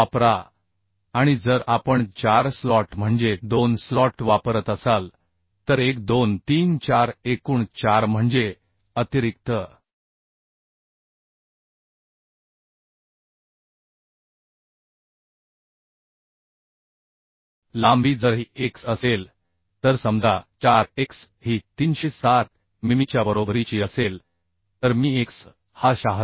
वापरा आणि जर आपण 4 स्लॉट म्हणजे 2 स्लॉट वापरत असाल तर 1 2 3 4 एकूण 4 म्हणजे अतिरिक्त लांबी जर ही x असेल तर समजा 4x ही 307 मिमीच्या बरोबरीची असेल तर मी x हा 76